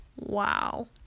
Wow